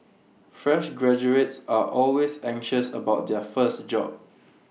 fresh graduates are always anxious about their first job